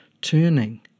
turning